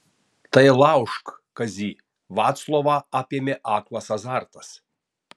tai laužk kazį vaclovą apėmė aklas azartas